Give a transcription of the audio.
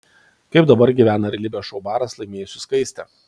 kaip dabar gyvena realybės šou baras laimėjusi skaistė